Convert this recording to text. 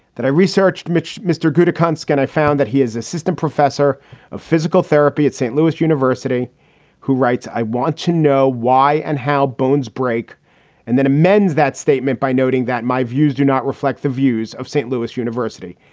that i researched much. mr. good a con scan. i found that he is assistant professor of physical therapy at st. louis university who writes, i want to know why and how bones break and then emens that statement by noting that my views do not reflect the views of st. louis university,